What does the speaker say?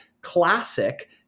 classic